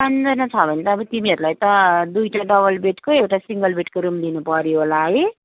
पाँचजना छ भने त अब तिमीहरूलाई त दुईवटा डबल बेडको एउटा सिङ्गल बेडको रुम दिनुपऱ्यो होला है